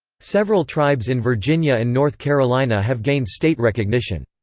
several tribes in virginia and north carolina have gained state recognition.